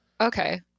okay